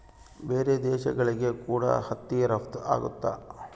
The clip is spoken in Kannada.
ಬೇರೆ ದೇಶಗಳಿಗೆ ಕೂಡ ಹತ್ತಿ ರಫ್ತು ಆಗುತ್ತೆ